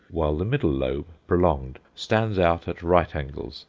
while the middle lobe, prolonged, stands out at right angles,